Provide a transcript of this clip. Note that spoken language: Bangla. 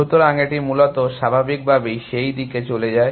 সুতরাং এটি মূলত স্বাভাবিকভাবেই সেই দিকে চলে যায়